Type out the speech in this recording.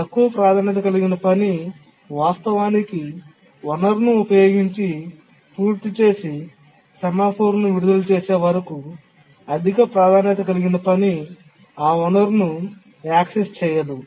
తక్కువ ప్రాధాన్యత కలిగిన పని వాస్తవానికి వనరును ఉపయోగించి పూర్తి చేసి సెమాఫోర్ను విడుదల చేసే వరకు అధిక ప్రాధాన్యత కలిగిన పని ఆ వనరును యాక్సెస్ చేయదు